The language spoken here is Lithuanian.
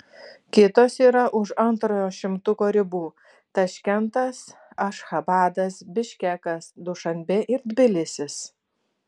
kitos yra už antrojo šimtuko ribų taškentas ašchabadas biškekas dušanbė ir tbilisis